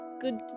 good